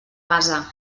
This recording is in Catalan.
base